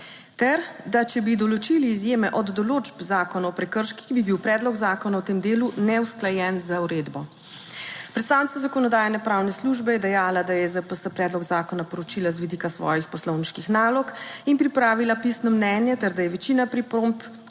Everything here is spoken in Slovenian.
ter da če bi določili izjeme od določb Zakona o prekrških, bi bil predlog zakona v tem delu neusklajen z uredbo. Predstavnica Zakonodajno-pravne službe je dejala, da je ZPS predlog zakona proučila z vidika svojih poslovniških nalog in pripravila pisno mnenje ter da je večina pripomb